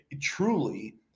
truly